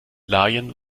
laien